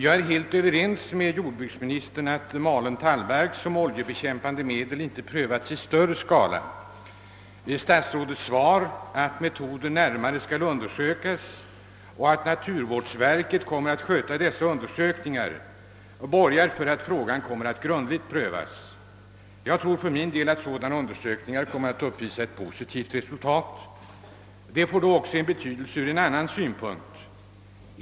Jag är helt överens med jordbruksministern om att malen tallbark som oljebekämpande medel inte prövats i större skala. Statsrådets svar, att metoden närmare skall undersökas och att naturvårdsverket kommer att sköta dessa undersökningar borgar för att frågan kommer att grundligt prövas. Jag tror att sådana undersökningar kommer att uppvisa ett Detta får också betydelse från en annan synpunkt.